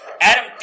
Adam